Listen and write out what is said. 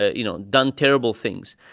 you know, done terrible things.